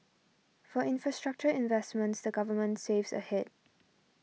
for infrastructure investments the Government saves ahead